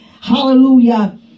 hallelujah